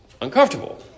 uncomfortable